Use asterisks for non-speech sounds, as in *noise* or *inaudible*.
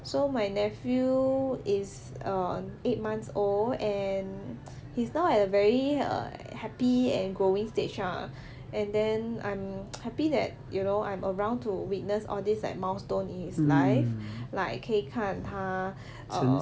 so my nephew is err eight months old and he's now at a very happy and growing stage ah and then I'm *noise* happy that you know I'm around to witness all these like milestone in his life *breath* like 可以看他 err